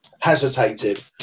hesitated